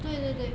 对对对